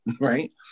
Right